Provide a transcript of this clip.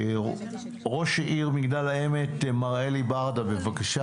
ראש העיר מגדל העמק, מר אלי ברדה, בבקשה